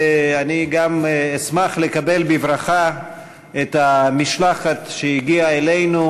אני גם אשמח לקבל בברכה את המשלחת שהגיעה אלינו,